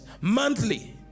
monthly